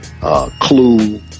Clue